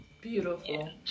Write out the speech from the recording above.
Beautiful